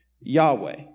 Yahweh